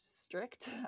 strict